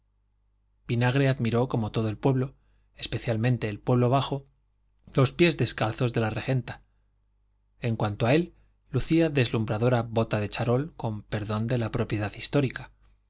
vinagre admiró como todo el pueblo especialmente el pueblo bajo los pies descalzos de la regenta en cuanto a él lucía deslumbradora bota de charol con perdón de la propiedad histórica